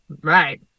Right